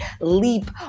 leap